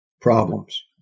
problems